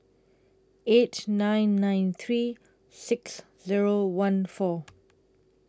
eight nine nine three six Zero one four